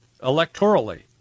electorally